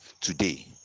today